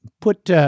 put